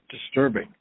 disturbing